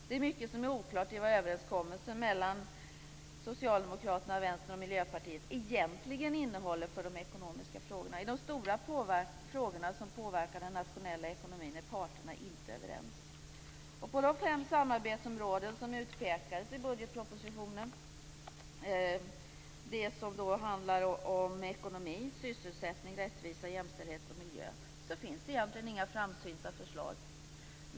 Det är mycket som är oklart om vad överenskommelsen mellan Socialdemokraterna, Vänstern och Miljöpartiet egentligen innehåller för de ekonomiska frågorna. I de stora frågorna som påverkar den nationella ekonomin är parterna inte överens. På de fem samarbetsområden som utpekades i budgetpropositionen, nämligen ekonomi, sysselsättning, rättvisa, jämställdhet och miljö, finns det egentligen inga framsynta förslag.